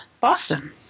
Boston